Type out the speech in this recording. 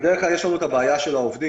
בדרך כלל יש לנו בעיה של העובדים,